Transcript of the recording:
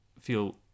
feel